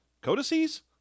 Codices